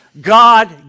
God